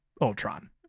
Ultron